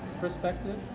perspective